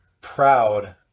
proud